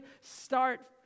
start